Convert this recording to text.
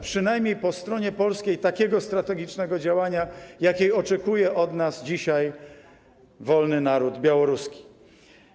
Przynajmniej po stronie polskiej takiego strategicznego działania, jakiego oczekuje od nas dzisiaj wolny naród białoruski.